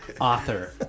author